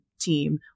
team